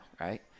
right